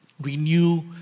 renew